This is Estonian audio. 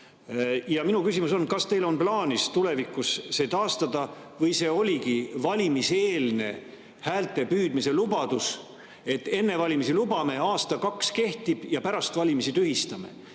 Minu küsimus on, kas teil on plaanis tulevikus see taastada või see oligi valimiseelne häältepüüdmise lubadus, et enne valimisi lubame, aasta-kaks kehtib ja pärast valimisi tühistame.